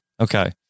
Okay